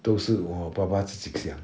都是我爸爸自己想